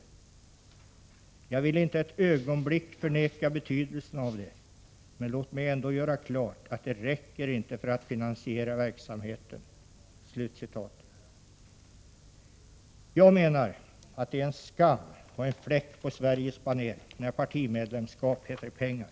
——=- Jag vill inte ett ögonblick förneka betydelsen av det, men låt mig ändå göra klart att det räcker inte för att finansiera verksamheten.” Det är en skam och en fläck på Sveriges baner när medlemskap heter pengar.